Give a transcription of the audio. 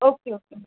okay okay